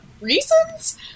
reasons